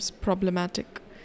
problematic